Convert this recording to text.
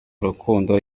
urukundo